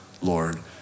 Lord